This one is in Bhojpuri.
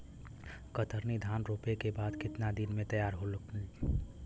कतरनी धान रोपे के बाद कितना दिन में तैयार होई?